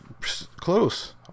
close